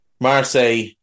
Marseille